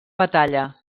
batalla